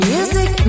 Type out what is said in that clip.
Music